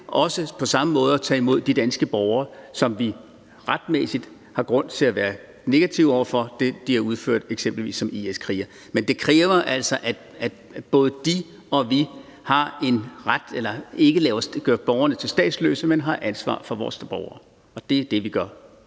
til på samme måde også at tage imod de danske borgere, hvor vi retmæssigt har grund til at være negative over for det, de har udført som eksempelvis IS-krigere. Men det kræver altså, at både de og vi ikke gør borgerne statsløse, men har ansvar for vores borgere. Og det er det, vi gør.